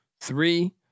three